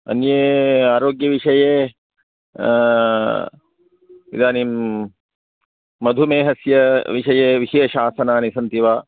अन्ये आरोग्यविषये इदानीं मधुमेहस्य विषये विशेषः आसनानि सन्ति वा